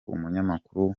umunyamakuru